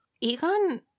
egon